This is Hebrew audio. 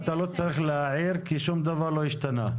אתה לא צריך להעיר כי שום דבר לא השתנה,